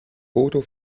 bodo